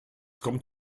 kommt